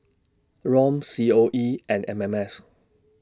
Rom C O E and M M S